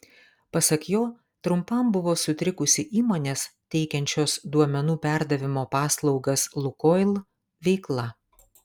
pasak jo trumpam buvo sutrikusi įmonės teikiančios duomenų perdavimo paslaugas lukoil veikla